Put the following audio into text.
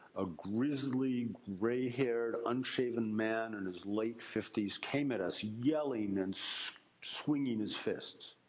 a grizzly, grey-haired, unshaven man in his late fifty s came at us, yelling and so swinging his fists.